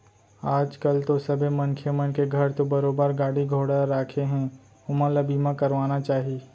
आज कल तो सबे मनखे मन के घर तो बरोबर गाड़ी घोड़ा राखें हें ओमन ल बीमा करवाना चाही